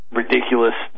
ridiculous